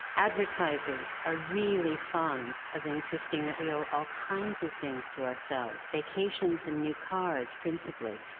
advertisers are really fond of insisting that we owe all kinds of things to ourselves, vacations and new cars principally,